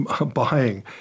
buying